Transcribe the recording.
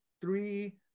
three